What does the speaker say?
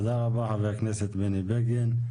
תודה רבה, חבר הכנסת בני בגין.